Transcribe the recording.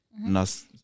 Nas